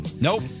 Nope